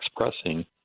expressing